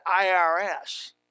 IRS